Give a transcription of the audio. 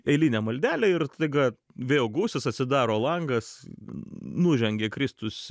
eilinė maldelė ir staiga vėjo gūsis atsidaro langas nužengė kristus